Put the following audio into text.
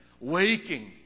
waking